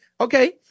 okay